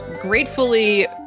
gratefully